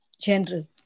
general